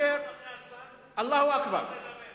עברת את הזמן וגם הוא נותן לך לדבר.